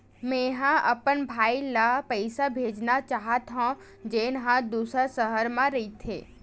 मेंहा अपन भाई ला पइसा भेजना चाहत हव, जेन हा दूसर शहर मा रहिथे